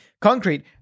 concrete